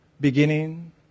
Beginning